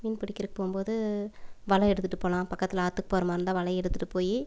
மீன் பிடிக்கிறக்கு போகும்போது வலை எடுத்துகிட்டு போகலாம் பக்கத்தில் ஆற்றுக்கு போகிற மாதிரி இருந்தால் வலை எடுத்துகிட்டு போய்